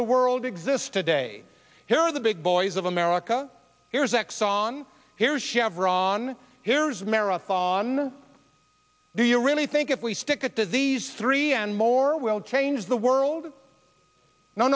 the world exist today here are the big boys of america here's exon here's chevron here's marathon do you really think if we stick it to these three and more we'll change the world no